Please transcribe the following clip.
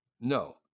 no